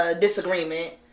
Disagreement